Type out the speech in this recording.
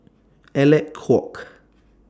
Alec Kuok